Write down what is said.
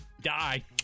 die